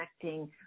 connecting